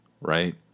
right